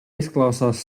izklausās